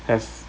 has